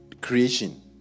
creation